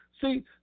See